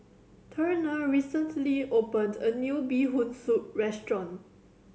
Turner recently opened a new Bee Hoon Soup restaurant